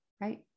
right